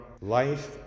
life